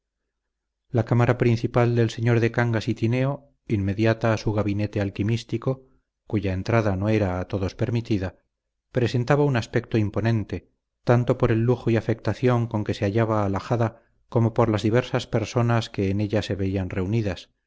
la cámara principal del señor de cangas y tineo inmediata a su gabinete alquimístico cuya entrada no era a todos permitida presentaba un aspecto imponente tanto por el lujo y afectación con que se hallaba alhajada como por las diversas personas que en ella se veían reunidas